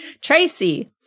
Tracy